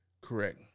Correct